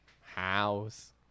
house